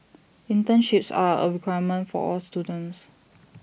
internships are A requirement for all students